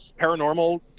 paranormal